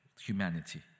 humanity